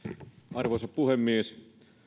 arvoisa puhemies